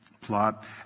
plot